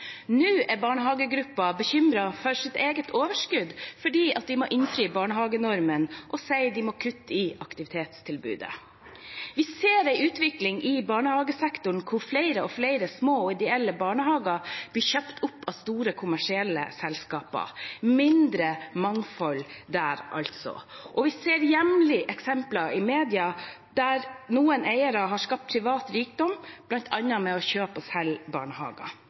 Nå er barnehagegruppen bekymret for sitt eget overskudd fordi de må innfri barnehagenormen, og sier de må kutte i aktivitetstilbudet. Vi ser en utvikling i barnehagesektoren hvor flere og flere små ideelle barnehager blir kjøpt opp av store kommersielle selskaper – mindre mangfold der altså. Og vi ser jevnlig eksempler i media der noen eiere har skapt privat rikdom ved bl.a. å kjøpe